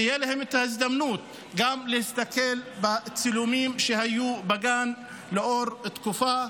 תהיה להם את ההזדמנות גם להסתכל בצילומים שהיו בגן לאחר תקופה.